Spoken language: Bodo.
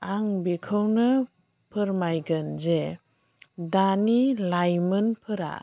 आं बेखौनो फोरमायगोन जे दानि लाइमोनफोरा